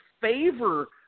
favor